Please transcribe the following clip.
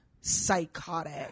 psychotic